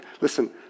listen